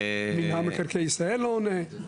מינהל מקרקעי ישראל לא עונים.